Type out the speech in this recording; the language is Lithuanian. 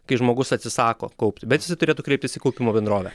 kai žmogus atsisako kaupti bet jisai turėtų kreiptis į kaupimo bendrovę